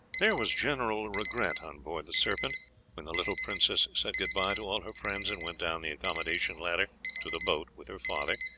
there was general regret on board the serpent when the little princess said goodby to all her friends and went down the accommodation ladder to the boat with her father.